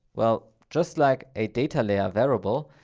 well, just like a data layer variable,